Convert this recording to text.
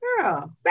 Girl